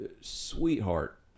sweetheart